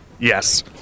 Yes